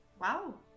Wow